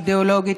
אידיאולוגית,